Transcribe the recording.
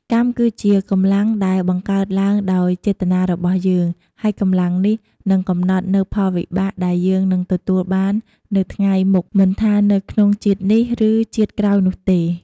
កម្មគឺជាកម្លាំងដែលបង្កើតឡើងដោយចេតនារបស់យើង ហើយកម្លាំងនេះនឹងកំណត់នូវផលវិបាកដែលយើងនឹងទទួលបានទៅថ្ងៃមុខ មិនថានៅក្នុងជាតិនេះ ឬជាតិក្រោយនោះទេ។